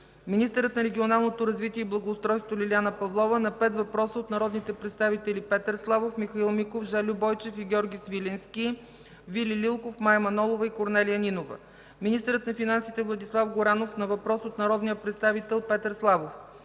министърът на регионалното развитие и благоустройството Лиляна Павлова – на пет въпроса от народните представители Петър Славов, Михаил Миков, Жельо Бойчев и Георги Свиленски, Вили Лилков, Мая Манолова, и Корнелия Нинова; - министърът на финансите Владислав Горанов – на въпрос от народния представител Петър Славов;